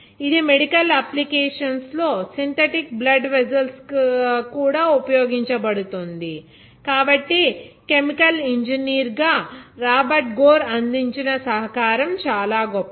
ఇది medical applications లో synthetic blood vessels గా కూడా ఉపయోగించబడుతుంది కాబట్టి కెమికల్ ఇంజనీర్ గా రాబర్ట్ గోర్ అందించిన సహకారం చాలా గొప్పది